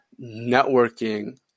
networking